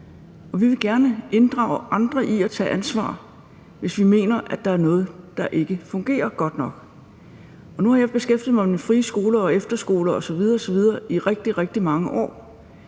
vi vil gerne inddrage andre i at tage ansvar, hvis vi mener, at der er noget, der ikke fungerer godt nok. Nu har jeg beskæftiget mig med frie skoler og efterskoler osv. osv. i rigtig, rigtig mange år,